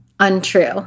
untrue